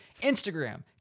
Instagram